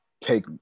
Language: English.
take